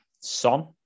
Son